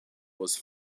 was